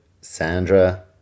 Sandra